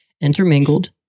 intermingled